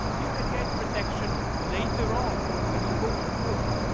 you can get protection later on when you go to court.